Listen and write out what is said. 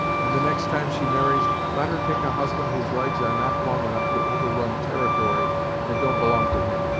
and the next time she marries, let her take a husband whose legs are not long enough to overrun territory that don't belong to him.